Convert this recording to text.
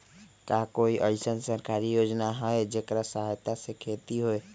का कोई अईसन सरकारी योजना है जेकरा सहायता से खेती होय?